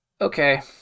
Okay